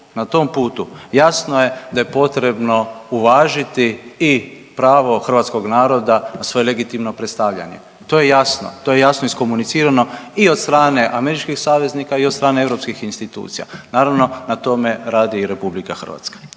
na tom putu jasno je da je potrebno uvažiti i pravo hrvatskog naroda na svoje legitimno predstavljanje. To je jasno, to je jasno iskomunicirano i od strane američkih saveznika i od strane europskih institucija, naravno na tome radi i RH.